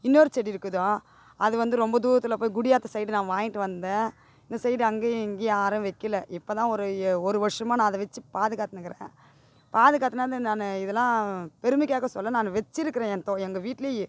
இன்னொரு செடி இருக்குது தான் அது வந்து ரொம்ப தூரத்தில் போய் குடியாத்த சைடு நான் வாங்கிட்டு வந்தேன் இந்த சைடு அங்கேயும் இங்கேயும் யாரும் வைக்கல இப்போ தான் ஒரு ஒரு வருஷமா நான் அதை வச்சு பாதுகாத்துனு இருக்கிறேன் பாதுகாத்துனு வந்து நான் இதெல்லாம் பெருமைக்காக சொல்ல நான் வெச்சு இருக்குகிறேன் என் தொ எங்கள் வீட்லேயே